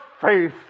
faith